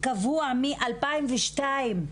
קבוע מ-2002.